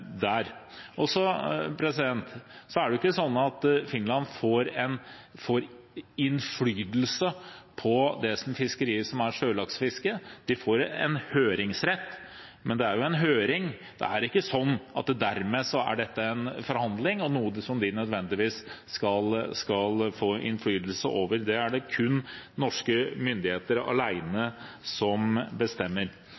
der, må Tanavassdragets fiskeforvaltning få en kompensasjon for. Det er ikke sånn at Finland får innflytelse på sjølaksefisket. De får en høringsrett, men det gjelder jo høring. Det er ikke sånn at dette dermed er en forhandling og noe som de nødvendigvis skal få innflytelse over. Det er det kun norske myndigheter